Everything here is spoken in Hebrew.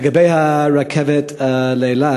לגבי הרכבת לאילת,